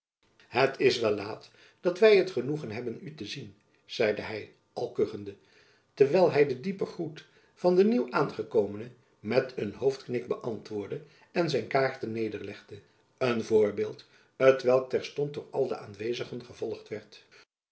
het is wel laat dat wy het genoegen hebben u te zien zeide hy al kuchende terwijl hy de diepe groet van den nieuw aangekomene met een hoofdknik beantwoordde en zijn kaarten nederlegde een voorbeeld t welk terstond door al de aanwezigen gevolgd werd